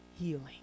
healing